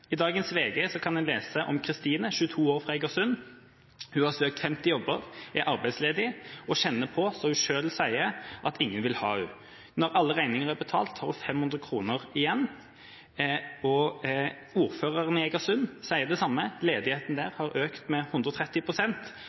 I dagens VG kan en lese om Kristine, 22 år, fra Eigersund. Hun har søkt 50 jobber, er arbeidsledig og kjenner på, som hun selv sier, at ingen vil ha henne. Når alle regninger er betalt, har hun 500 kr igjen. Ordføreren i Eigersund sier det samme, ledigheten der har økt med